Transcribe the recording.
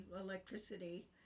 electricity